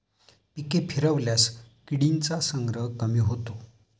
पिके फिरवल्यास किडींचा संग्रह कमी होतो